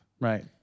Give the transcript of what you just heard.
right